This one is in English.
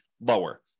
lower